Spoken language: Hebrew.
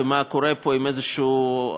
ומה קורה פה עם איזו אחריות